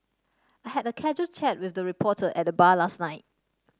I had a casual chat with the reporter at the bar last night